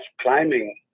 climbing